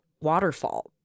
waterfall